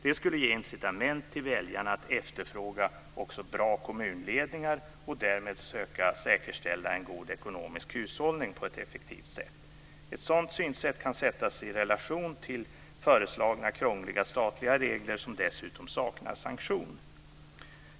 Det skulle ge incitament till väljarna att efterfråga också bra kommunledningar och därmed söka säkerställa en god ekonomisk hushållning på ett effektivt sätt. Ett sådant synsätt kan sättas i relation till föreslagna krångliga statliga regler som dessutom saknar sanktion.